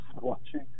watching